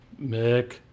Mick